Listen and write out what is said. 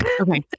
Okay